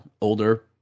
older